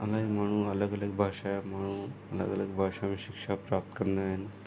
इलाही माण्हू अलॻि अलॻि भाषा जा माण्हू अलॻि अलॻि भाषा जूं शिक्षा प्राप्त कंदा आहिनि